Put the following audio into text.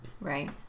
Right